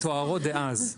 דאז.